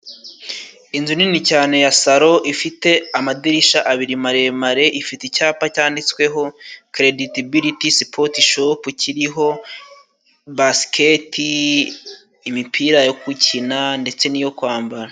Inzu nini cyane ya salo, ifite amadirishya abiri maremare, ifite icyapa cyanditsweho krediditibiliti spoti shopu, kiriho basiketi, imipira yo gukina ndetse n'iyo kwambara.